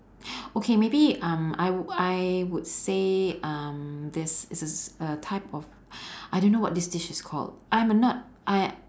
okay maybe um I I would say um this this is a type of I don't what this dish is called I'm a not I